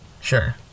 Sure